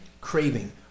craving